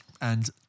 and-